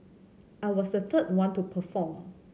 I was the third one to perform